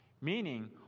Meaning